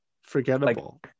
Forgettable